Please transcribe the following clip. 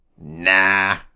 Nah